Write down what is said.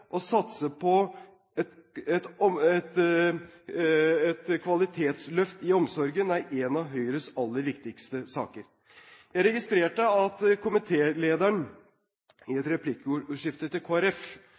Å satse på et kvalitetsløft i omsorgen er en av Høyres aller viktigste saker. Jeg registrerte at komitélederen i